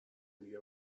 دیگه